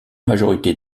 majorité